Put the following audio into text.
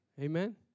Amen